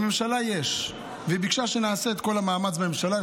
בממשלה יש, והיא ביקשה שנעשה את כל המאמץ בממשלה.